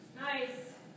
Nice